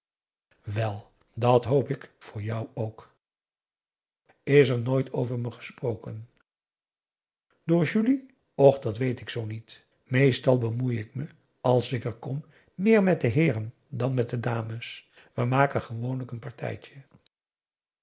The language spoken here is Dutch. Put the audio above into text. wel dat hoop ik voor jou ook is er nooit over me gesproken door julie och dat weet ik zoo niet meestal bemoei ik me als ik er kom meer met de heeren dan met de dames we maken gewoonlijk n partijtje